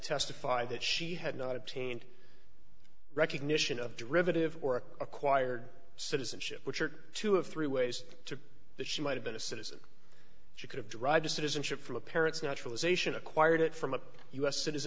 testify that she had not obtained recognition of derivative work acquired citizenship which are two of three ways to that she might have been a citizen she could have drive to citizenship for the parents naturalization acquired it from a u s citizen